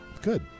Good